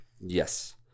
Yes